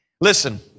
listen